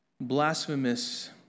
blasphemous